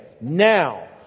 Now